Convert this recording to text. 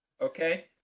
okay